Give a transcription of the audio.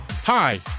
Hi